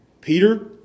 Peter